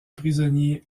prisonnier